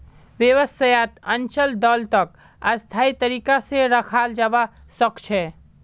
व्यवसायत अचल दोलतक स्थायी तरीका से रखाल जवा सक छे